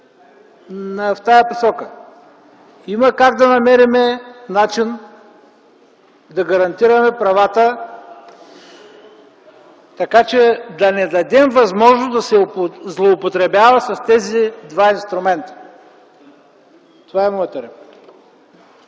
в тази посока. Има как да намерим начин да гарантираме правата, така че да не дадем възможност да се злоупотребява с тези два инструмента. Това е моята